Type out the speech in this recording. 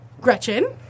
Gretchen